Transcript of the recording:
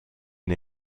n’a